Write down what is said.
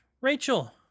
Rachel